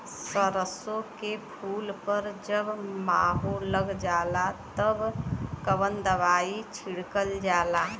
सरसो के फूल पर जब माहो लग जाला तब कवन दवाई छिड़कल जाला?